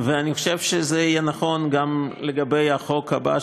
אני חושב שזה יהיה נכון גם לגבי החוק הבא,